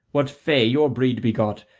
what fay your breed begot,